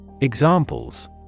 Examples